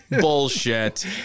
Bullshit